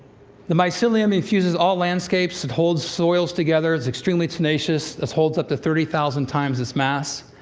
the mycelium infuses all landscapes, it holds soils together, it's extremely tenacious. this holds up to thirty thousand times its mass.